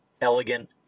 elegant